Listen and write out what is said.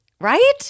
right